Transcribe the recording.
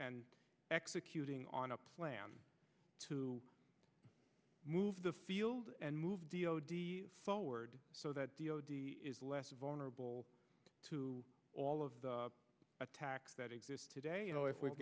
and executing on a plan to move the field and move forward so that is less vulnerable to all of the attacks that exist today you know if we've